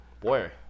Boy